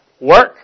work